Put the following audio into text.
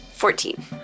Fourteen